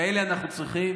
כאלה אנחנו צריכים.